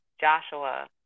Joshua